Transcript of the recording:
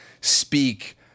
speak